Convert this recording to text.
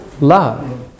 Love